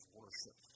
worship